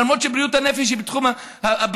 למרות שבריאות הנפש היא בתחום הבריאות,